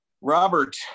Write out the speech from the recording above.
robert